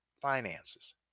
finances